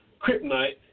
kryptonite